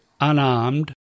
unarmed